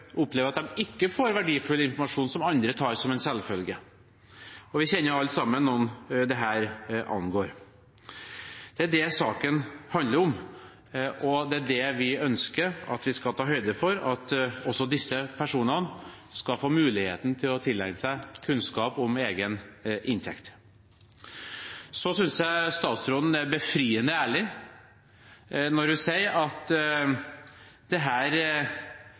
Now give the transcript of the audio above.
opplever at de ikke får verdifull informasjon som andre tar som en selvfølge. Vi kjenner alle sammen noen dette angår. Det er det saken handler om, og det vi ønsker, er at vi skal ta høyde for at også disse personene skal få muligheten til å tilegne seg kunnskap om egen inntekt. Jeg synes statsråden er befriende ærlig når hun sier at dette handler om en prioritering. Statsråden sier at det